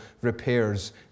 repairs